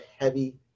heavy